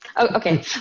Okay